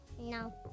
No